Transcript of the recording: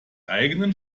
eigenen